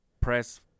press